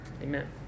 Amen